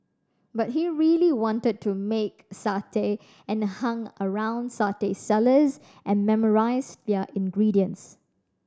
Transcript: but he really wanted to make satay and hung around satay sellers and memorised their ingredients